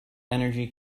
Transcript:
energy